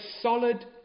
solid